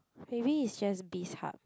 maybe is just Bizhub